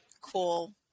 cool